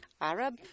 Arab